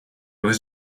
was